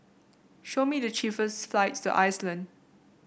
show me the cheapest flights to Iceland